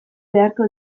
beharko